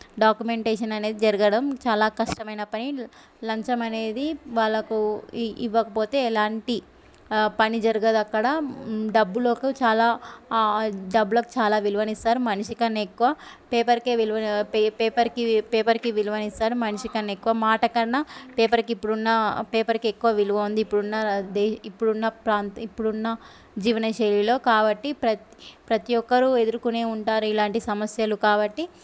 documentation అనేది జరగడం చాలా కష్టమైన పని లంచం అనేది వాళ్ళకు ఇవ్వకపోతే ఎలాంటి పని జరగదు అక్కడ డబ్బులకు చాలా డబ్బులకు చాలా విలువనిస్తారు మనిషికన్నా ఎక్కువ పేపర్కే విలువ పేపర్కి పేపర్కి విలువను ఇస్తారు మనిషికన్నా ఎక్కువ మాటకన్నా పేపర్కి ఇప్పుడు ఉన్న పేపర్కి ఎక్కువ విలువ ఉంది ఇప్పుడు ఉన్న ఇప్పుడున్న ఇప్పుడు ఉన్న జీవనశైలిలో కాబట్టి ప్రతి ప్రతి ఒక్కరూ ఎదుర్కొనే ఉంటారు ఇలాంటి సమస్యలు కాబట్టి